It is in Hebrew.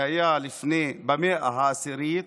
שהיה במאה העשירית,